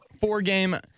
Four-game